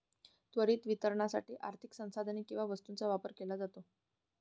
त्वरित वितरणासाठी आर्थिक संसाधने किंवा वस्तूंचा व्यापार केला जातो